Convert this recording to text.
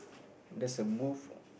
thats a booth